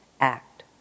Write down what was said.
act